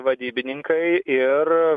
vadybininkai ir